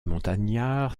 montagnard